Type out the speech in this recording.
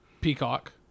Peacock